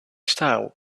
style